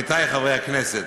עמיתי חברי הכנסת,